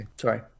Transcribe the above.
sorry